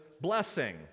blessing